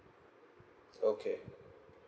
okay